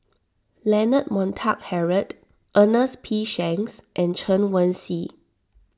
Leonard Montague Harrod Ernest P Shanks and Chen Wen Hsi